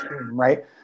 right